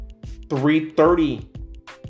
3-30